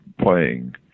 playing